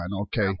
Okay